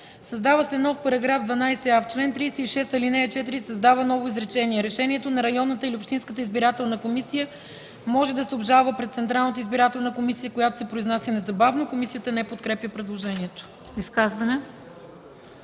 създава се нов § 12а: „§ 12а. В чл. 36, ал. 4 се създава ново изречение: „Решението на районната или общинската избирателна комисия може да се обжалва пред Централната избирателна комисия, която се произнася незабавно.” Комисията не подкрепя предложението.